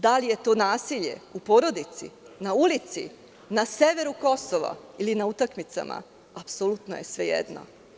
Da li je to nasilje u porodici, na ulici, na severu Kosova ili na utakmicama, apsolutno je svejedno.